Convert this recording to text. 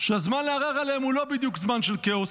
שהזמן לערער עליהן הוא לא בדיוק זמן של כאוס.